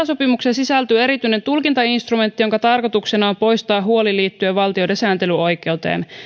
sopimukseen sisältyy erityinen tulkintainstrumentti jonka tarkoituksena on poistaa huoli liittyen valtioiden sääntelyoikeuteen